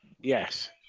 yes